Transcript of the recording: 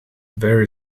very